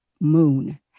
moon